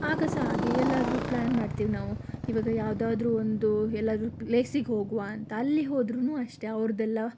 ಆಗ ಸಹ ಹಾಗೆ ಎಲ್ಲಾದರೂ ಪ್ಲ್ಯಾನ್ ಮಾಡ್ತೀವಿ ನಾವು ಇವಾಗ ಯಾವುದಾದರೂ ಒಂದು ಎಲ್ಲಾದರೂ ಪ್ಲೇಸಿಗೆ ಹೋಗುವ ಅಂತ ಅಲ್ಲಿ ಹೋದರೂನು ಅಷ್ಟೆ ಅವರದ್ದೆಲ್ಲ